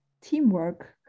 teamwork